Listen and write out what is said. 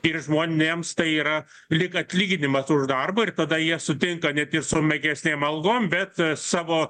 ir žmonėms tai yra lyg atlyginimas už darbą ir tada jie sutinka net ir su magesnėm algom bet savo